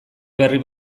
berri